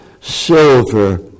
silver